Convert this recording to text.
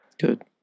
Good